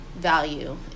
value